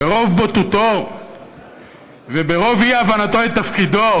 ברוב בוטותו וברוב אי-הבנתו את תפקידו,